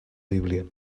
bíblia